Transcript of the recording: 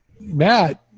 Matt